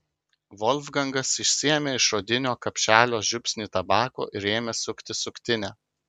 volfgangas išsiėmė iš odinio kapšelio žiupsnį tabako ir ėmė sukti suktinę